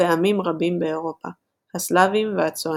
כלפי עמים רבים באירופה – הסלאבים והצוענים.